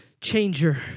changer